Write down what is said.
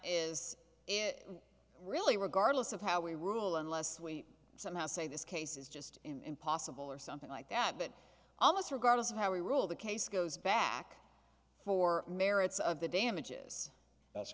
d is really regardless of how we rule unless we somehow say this case is just impossible or something like that but almost regardless of how we rule the case goes back for merits of the damages that's